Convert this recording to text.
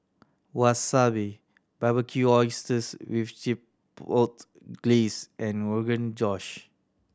Wasabi Barbecued Oysters with Chipotle Glaze and Rogan Josh